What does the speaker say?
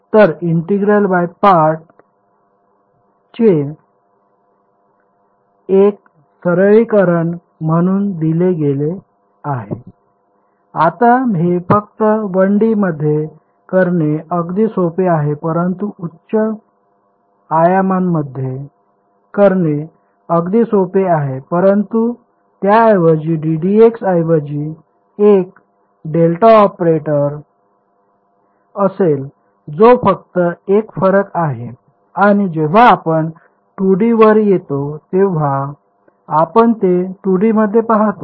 तर integration by parts हेच एक सरलीकरण म्हणून दिले गेले आहे आता हे फक्त 1D मध्ये करणे अगदी सोपे आहे परंतु उच्च आयामांमध्ये करणे अगदी सोपे आहे परंतु त्याऐवजी ddx ऐवजी एक ∇ ऑपरेटर असेल जो फक्त एक फरक आहे आणि जेव्हा आपण 2D वर येतो तेव्हा आपण ते 2D मध्ये पाहतो